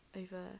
over